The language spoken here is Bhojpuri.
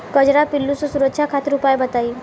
कजरा पिल्लू से सुरक्षा खातिर उपाय बताई?